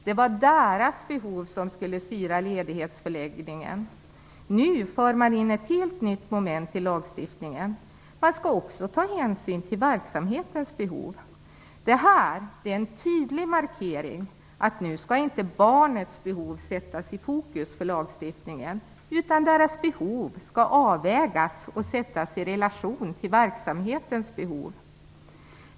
Det var deras behov som skulle styra ledighetens förläggning. Nu förs ett helt nytt moment in i lagstiftningen. Man skall ta hänsyn till även verksamhetens behov. Det här är en tydlig markering att barnets behov inte skall sättas i fokus för lagstiftningen, utan deras behov skall sättas i relation till verksamhetens behov.